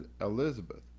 elizabeth